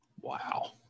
Wow